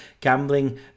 Gambling